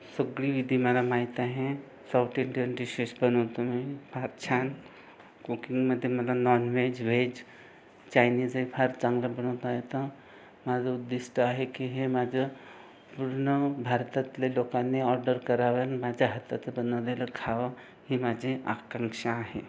सगळी विधी मला माहीत आहे साऊथ इंडियन डिशेश बनवतो मी फार छान कूकिंगमध्ये मला नॉनव्हेज व्हेज चायनीज हे फार चांगलं बनवता येतं माझं उद्दिष्ट आहे की हे माझं पूर्ण भारतातल्या लोकांनी ऑर्डर करावं न माझ्या हातचं बनवलेलं खावं ही माझी आकांक्षा आहे